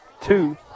two